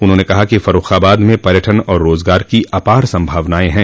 उन्होंने कहा कि फर्रूखाबाद में पर्यटन और रोजगार की अपार संभावनएं हैं